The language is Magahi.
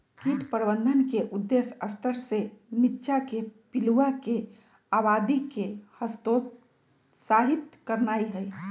कीट प्रबंधन के उद्देश्य स्तर से नीच्चाके पिलुआके आबादी के हतोत्साहित करनाइ हइ